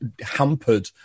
hampered